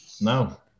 No